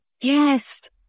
Yes